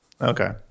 okay